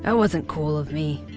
ah wasn't cool of me.